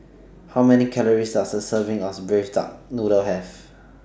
How Many Calories Does A Serving of Braised Duck Noodle Have